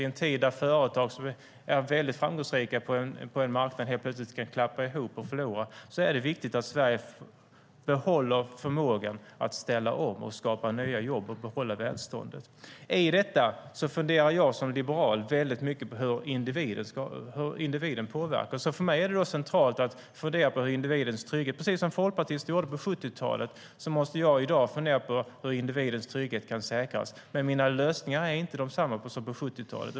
I en tid då ett företag som väldigt framgångsrikt på en marknad helt plötsligt kan klappa ihop är det viktigt att Sverige behåller förmågan att ställa om, skapa nya jobb och behålla välståndet. I detta funderar jag som liberal mycket på hur individen påverkas. För mig är det centralt att fundera på individens trygghet. Precis som Folkpartiet gjorde på 70-talet måste jag i dag fundera på hur individens trygghet kan säkras, men mina lösningar är inte desamma som på 70-talet.